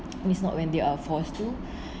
and it's not when they are forced to